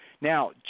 Now